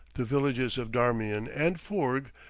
the villages of darmian and foorg,